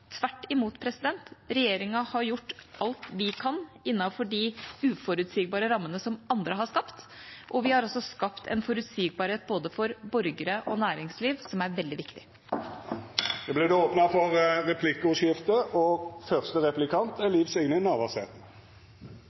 Tvert imot, regjeringa har gjort alt vi kan innenfor de uforutsigbare rammene som andre har skapt, og vi har skapt en forutsigbarhet for både borgere og næringsliv som er veldig viktig. Det